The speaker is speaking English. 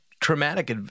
traumatic